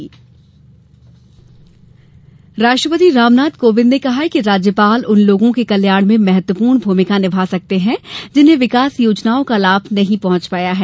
राज्यपाल सम्मेलन राष्ट्रतपति रामनाथ कोविंद ने कहा है कि राज्यपाल उन लोगों के कल्याण में महत्वंपूर्ण भूमिका निभा सकते हैं जिन्हें विकास योजनाओं का लाभ नहीं पहुंच पाया है